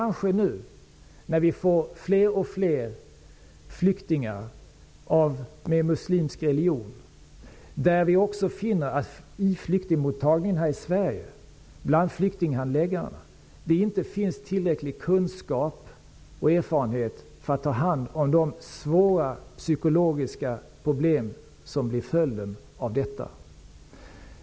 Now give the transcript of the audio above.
Nu när vi får fler och fler flyktingar med muslimsk religion finner vi också att det bland flyktinghandläggarna här i Sverige inte finns tillräcklig kunskap och erfarenhet för att ta hand om de svåra psykologiska problem som blir följden av tortyren.